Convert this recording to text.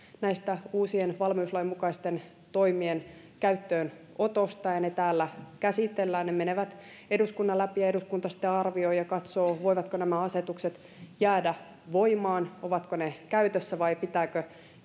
näiden uusien valmiuslain mukaisten toimien käyttöönotosta ja ne täällä käsitellään ne menevät eduskunnan läpi ja eduskunta sitten arvioi ja katsoo voivatko nämä asetukset jäädä voimaan ovatko ne käytössä vai pitääkö